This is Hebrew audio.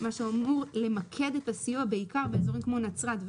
מה שאמור למקד את הסיוע בעיקר באזורים כמו נצרת,